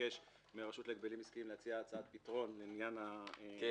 ביקש מהרשות להגבלים עסקיים להציע הצעת פתרון לעניין התחרות,